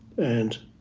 and